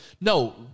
no